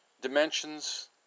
dimensions